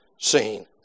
seen